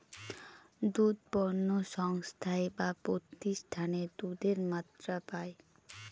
দুধ পণ্য সংস্থায় বা প্রতিষ্ঠানে দুধের মাত্রা পায়